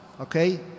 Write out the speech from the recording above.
okay